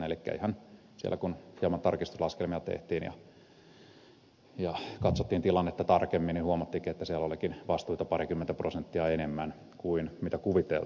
elikkä siellä kun hieman tarkistuslaskelmia tehtiin ja katsottiin tilannetta tarkemmin niin huomattiinkin että siellä olikin vastuita parikymmentä prosenttia enemmän kuin mitä kuviteltiin